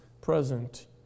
present